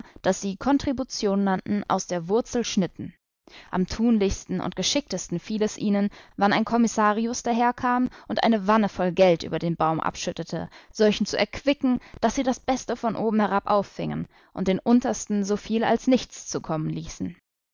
das sie kontribution nannten aus der wurzel schnitten am tunlichsten und geschicktesten fiel es ihnen wann ein kommissarius daherkam und eine wanne voll geld über den baum abschüttete solchen zu erquicken daß sie das beste von oben herab auffiengen und den untersten soviel als nichts zukommen ließen